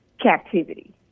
captivity